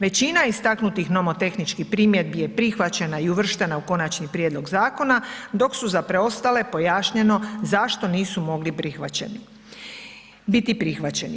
Većina istaknutih nomotehničkih primjedbi je prihvaćena i uvrštena u konačni prijedlog zakona dok su za preostale pojašnjeno zašto nisu mogli biti prihvaćeni.